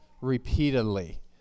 repeatedly